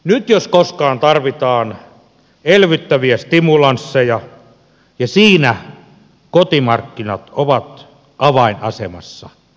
nyt jos koskaan tarvitaan elvyttäviä stimulansseja ja siinä kotimarkkinat ovat avainasemassa